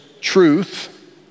truth